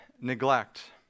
neglect